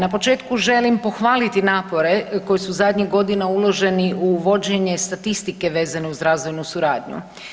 Na početku želim pohvaliti napore koji su zadnjih godina uloženi u vođenje statistike vezano uz razvojnu suradnju.